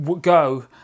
go